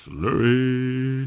Slurry